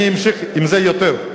אני אמשיך עם זה יותר.